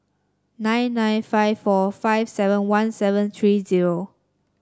nine nine five four five seven one seven three zero